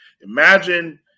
Imagine